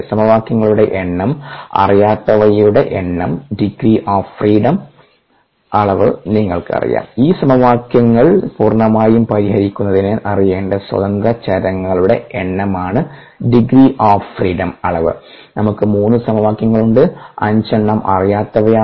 സമവാക്യങ്ങളുടെ എണ്ണം അറിയാത്തവയുടെ എണ്ണം ഡിഗ്രീ ഓഫ് ഫ്രീഡംഅളവ് നിങ്ങൾക്കറിയാം ഈ സമവാക്യങ്ങൾ പൂർണ്ണമായും പരിഹരിക്കുന്നതിന് അറിയേണ്ട സ്വതന്ത്ര ചരങ്ങളുടെ എണ്ണമാണ് ഡിഗ്രീ ഓഫ് ഫ്രീഡം അളവ് നമുക്ക് 3 സമവാക്യങ്ങളുണ്ട് 5 എണ്ണം അറിയാത്തവയാണ്